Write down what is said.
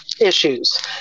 issues